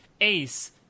Ace